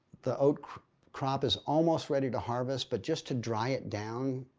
the crop is almost ready to harvest but just to dry it down,